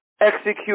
execute